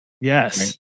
Yes